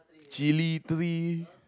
chilli tree